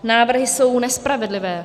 Návrhy jsou nespravedlivé.